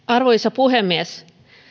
arvoisa puhemies